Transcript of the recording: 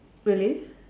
really